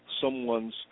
someone's